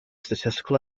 statistical